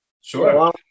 sure